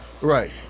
right